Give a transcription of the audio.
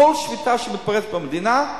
כל שביתה שמתפרצת במדינה,